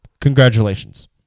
congratulations